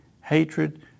hatred